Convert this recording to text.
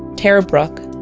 tara brooke,